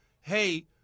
hey